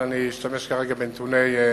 אבל אני אשתמש כרגע בנתוני,